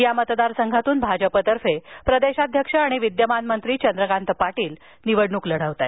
या मतदारसंघातून भाजपतर्फे प्रदेशाध्यक्ष आणि विद्यमान मंत्री चंद्रकांत पाटील निवडणूक लढवत आहेत